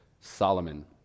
Solomon